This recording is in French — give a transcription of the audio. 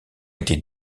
était